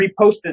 reposted